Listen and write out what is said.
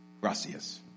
Gracias